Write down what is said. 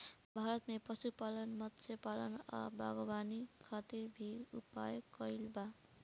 भारत में पशुपालन, मत्स्यपालन आ बागवानी खातिर भी उपाय कइल बा